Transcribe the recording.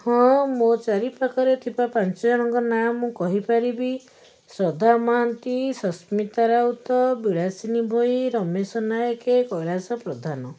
ହଁ ମୁଁ ମୋ ଚାରି ପାଖରେ ଥିବା ପାଞ୍ଚ ଜଣଙ୍କ ନାଁ ମୁଁ କହିପାରିବି ଶ୍ରଦ୍ଧା ମହାନ୍ତି ସସ୍ମିତା ରାଉତ ବିଳାସିନୀ ଭୋଇ ରମେଶ ନାୟକ କୈଳାଶ ପ୍ରଧାନ